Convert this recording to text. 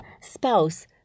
spouse